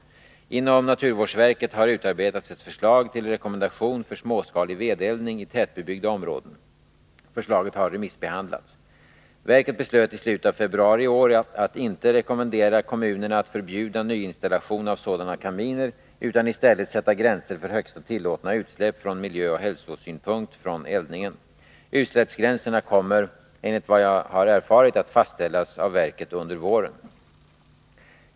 Inom naturvårdsverket har utarbetats ett förslag till rekommendation för småskalig vedeldning i tätbebyggda områden. Förslaget har remissbehandlats. Verket beslöt i slutet av februari i år att inte rekommendera kommunerna att förbjuda nyinstallation av sådana kaminer utan i stället sätta gränser för högsta tillåtna utsläpp från miljöoch hälsosynpunkt från eldningen. Utsläppsgränserna kommer enligt vad jag har erfarit att fastställas av verket under våren.